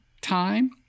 time